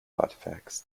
artifacts